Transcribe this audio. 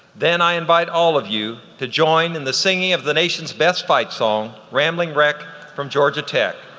then i invite all of you to join in the singing of the nation's best fight song, rambling wreck from georgia tech.